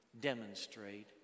demonstrate